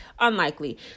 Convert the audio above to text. unlikely